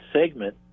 segment